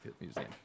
Museum